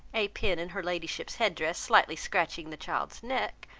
a pin in her ladyship's head dress slightly scratching the child's neck,